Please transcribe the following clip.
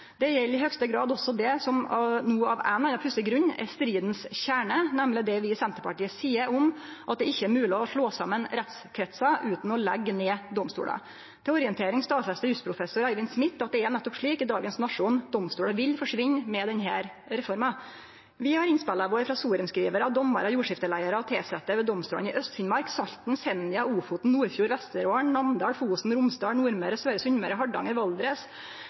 Det gjeld i høgste grad også det som no av ein eller annan pussig grunn er stridens kjerne, nemleg det vi i Senterpartiet seier om at det ikkje er mogleg å slå saman rettskretsar utan å leggje ned domstolar. Til orientering stadfestar jusprofessor Eivind Smith i dagens Nationen at det er nettopp slik – domstolar vil forsvinne med denne reforma. Vi har innspela våre frå sorenskrivarar, dommarar og jordskifteleiarar og tilsette ved domstolane i Øst-Finnmark, Salten, Senja, Ofoten, Nordfjord, Vesterålen, Namdal, Fosen, Romsdal, Nordmøre, Søre Sunnmøre, Hardanger, Valdres